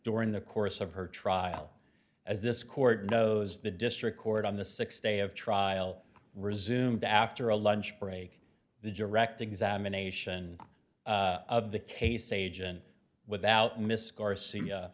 during the course of her trial as this court knows the district court on the sixth day of trial resumed after a lunch break the direct examination of the case agent without miss car